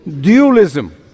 Dualism